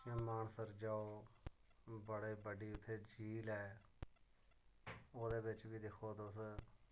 मानसर जाओ बड़े बड्डी उत्थें झील ऐ ओह्दे बिच्च बी दिक्खो तुस